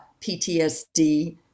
PTSD